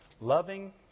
Loving